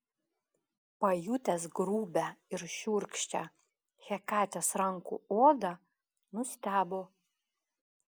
pajutęs grubią ir šiurkščią hekatės rankų odą nustebo